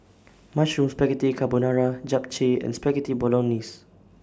Mushroom Spaghetti Carbonara Japchae and Spaghetti Bolognese